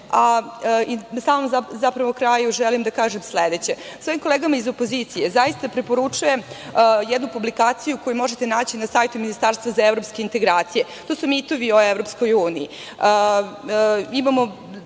samom kraju želim da kažem sledeće, svojim kolegama iz opozicije zaista preporučujem jednu publikaciju koju možete naći na sajtu Ministarstva za evropske integracije, a to su mitovi o EU.Zaista